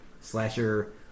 slasher